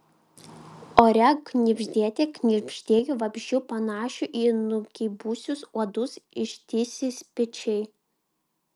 ore knibždėte knibždėjo vabzdžių panašių į nugeibusius uodus ištisi spiečiai